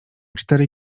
cztery